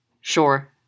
Sure